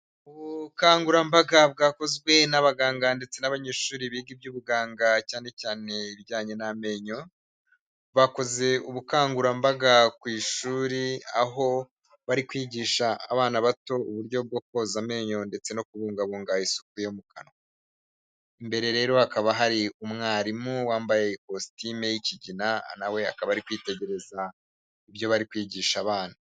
Ubukangurambaga bwakozwe n'abaganga ndetse n'abanyeshuri biga iby'ubuganga cyane cyane ibijyanye n'amenyo, bakoze ubukangurambaga ku ishuri aho bari kwigisha abana bato uburyo bwo koza amenyo ndetse no kubungabunga isuku yo mu kanwa, imbere rero hakaba hari umwarimu wambaye ikositimu y'ikigina nawe akaba ari kwitegereza ibyo bari kwigisha abana.